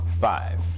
five